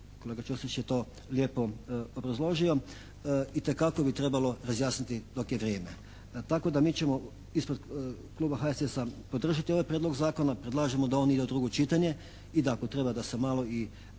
kolega Čosić je to lijepo obrazložio, itekako bi trebalo razjasniti dok je vrijeme. Tako da mi ćemo ispred Kluba HSS-a podržati ovaj Prijedlog zakona. Predlažemo da on ide u drugo čitanje i da ako treba da se malo i doradi,